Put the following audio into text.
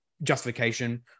justification